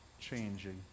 Changing